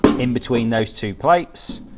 in between those two plates.